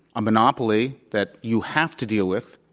a monopoly that you have to deal with,